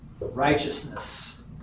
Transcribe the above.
righteousness